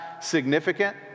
significant